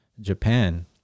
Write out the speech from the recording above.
Japan